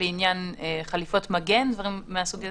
לעניין חליפות מגן ודברים מהסוג הזה?